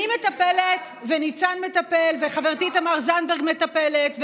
אני מטפלת וניצן מטפל וחברתי תמר זנדברג מטפלת,